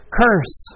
curse